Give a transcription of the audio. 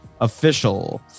Official